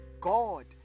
God